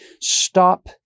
Stop